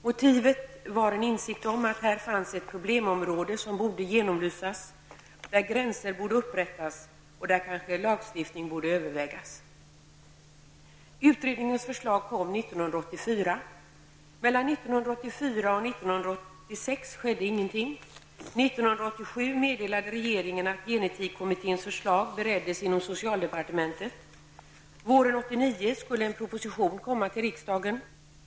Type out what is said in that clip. Motivet var en insikt om att här fanns ett problemområde som borde genomlysas, där gränser borde upprättas och där kanske lagstiftning borde övervägas. 1986 skedde ingenting. 1987 meddelade regeringen att gen-etikkommitténs förslag bereddes inom socialdepartementet. Våren 1989 skulle en proposition komma till riksdagen.